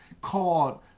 called